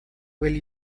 will